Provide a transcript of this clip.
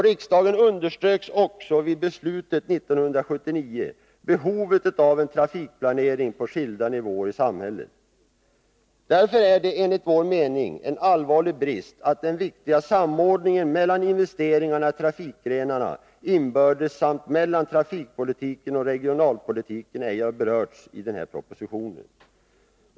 Riksdagen underströk också vid beslutet 1979 behovet av en trafikplanering på skilda nivåer i samhället. Därför är det enligt vår mening en allvarlig brist att den viktiga samordningen mellan investeringarna i trafikgrenarna inbördes samt mellan trafikpolitiken och regionalpolitiken ej har berörts i propositionen.